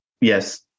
Yes